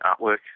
artwork